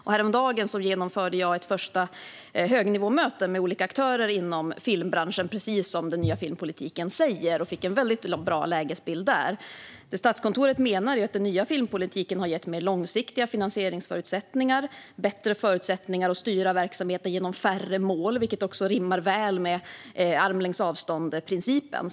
Häromdagen genomförde jag ett första högnivåmöte med olika aktörer inom filmbranschen, precis som den nya filmpolitiken innebär, och jag fick en bra lägesbild där. Statskontoret menar att den nya filmpolitiken har gett mer långsiktiga finansieringsförutsättningar och bättre förutsättningar att styra verksamheten genom färre mål, vilket också rimmar väl med principen om armlängds avstånd.